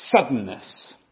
suddenness